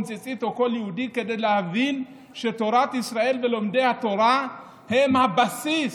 ציצית כדי להבין שתורת ישראל ולומדי התורה הם הבסיס.